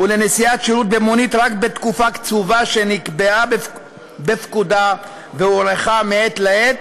ולנסיעת שירות במונית רק בתקופה קצובה שנקבעה בפקודה והוארכה מעת לעת,